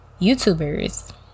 YouTubers